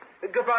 Goodbye